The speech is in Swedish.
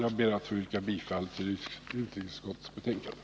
Jag ber att få yrka bifall till utrikesutskottets hemställan.